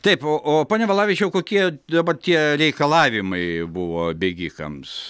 taip o o pone valavičiau kokie dabar tie reikalavimai buvo bėgikams